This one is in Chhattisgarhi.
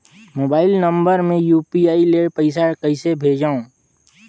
मोबाइल नम्बर मे यू.पी.आई ले पइसा कइसे भेजवं?